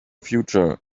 future